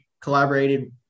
collaborated